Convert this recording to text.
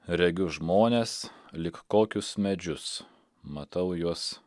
regiu žmones lyg kokius medžius matau juos